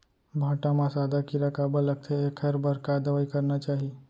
भांटा म सादा कीरा काबर लगथे एखर बर का दवई करना चाही?